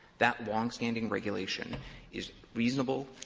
that longstanding regulation is reasonable,